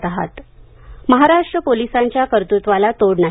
police Maharashtra पोलिसांच्या कर्तत्वाला तोड नाही